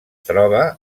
troba